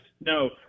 No